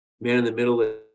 man-in-the-middle